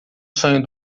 sonho